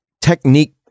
technique